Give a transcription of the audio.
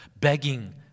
begging